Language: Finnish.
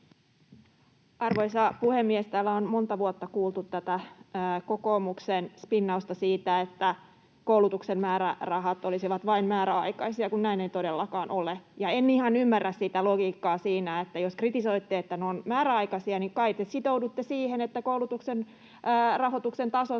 Arvoisa puhemies! Täällä on monta vuotta kuultu kokoomuksen spinnausta siitä, että koulutuksen määrärahat olisivat vain määräaikaisia, kun näin ei todellakaan ole. En ihan ymmärrä logiikkaa siinä: jos kritisoitte, että ne ovat määräaikaisia, niin kai te sitoudutte siihen, että koulutuksen rahoituksen taso